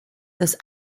das